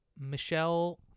Michelle